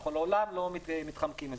אנחנו לעולם לא מתחמקים מזה.